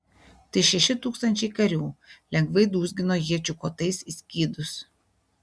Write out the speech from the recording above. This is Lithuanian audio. tai šeši tūkstančiai karių lengvai dūzgino iečių kotais į skydus